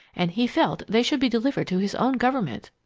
and he felt they should be delivered to his own government.